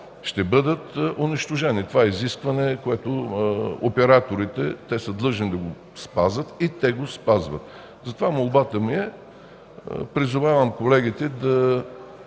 ще бъдат унищожени. Това изискване е към операторите, те са длъжни да го спазят и те го спазват. Затова молбата ми е и призовавам колегите да